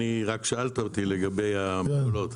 רק שאלת אותי לגבי המכולות.